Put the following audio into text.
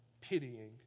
pitying